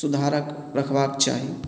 सुधारक रखबाक चाही